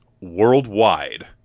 worldwide